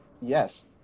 Yes